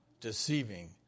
deceiving